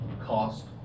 cost